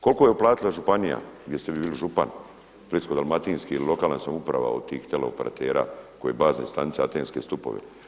Koliko je uplatila županija gdje ste vi bili župan u Splitsko-dalmatinski ili lokalna samouprava od tih teleoperatera koji bazne stanice, antenske stupove?